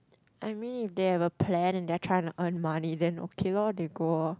I mean if they have a plan and they're trying to earn money then okay lor they go lor